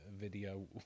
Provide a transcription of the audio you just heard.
video